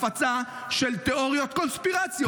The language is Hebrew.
הפצה של תיאוריות קונספירציה.